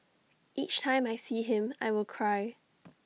each time I see him I will cry